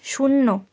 শূন্য